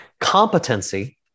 Competency